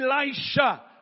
Elisha